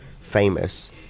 famous